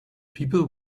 people